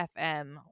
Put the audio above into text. FM